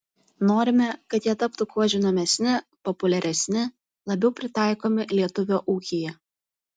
norime kad jie taptų kuo žinomesni populiaresni labiau pritaikomi lietuvio ūkyje